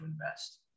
invest